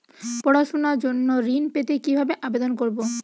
পড়াশুনা জন্য ঋণ পেতে কিভাবে আবেদন করব?